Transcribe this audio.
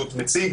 כרגע.